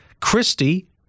Christie